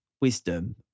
wisdom